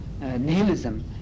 nihilism